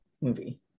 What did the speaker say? movie